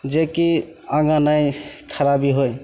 जेकि आगाँ नहि खराबी होइ